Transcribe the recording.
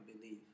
believe